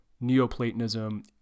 neoplatonism